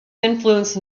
influenced